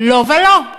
לא ולא.